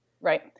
right